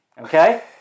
Okay